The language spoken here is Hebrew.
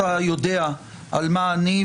אתה יודע על מה אני,